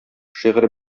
шигырь